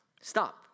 Stop